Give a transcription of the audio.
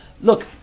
Look